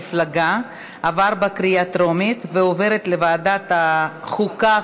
מפלגה) עברה בקריאה טרומית ועוברת לוועדת החוקה,